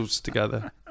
together